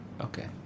okay